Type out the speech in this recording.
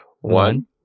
One